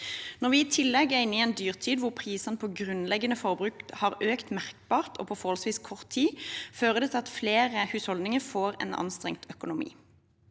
Når vi i tillegg er inne i en dyrtid, hvor prisene på grunnleggende forbruk har økt merkbart og på forholdsvis kort tid, fører det til at flere husholdninger får en anstrengt økonomi.